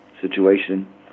situation